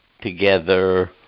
together